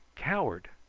coward!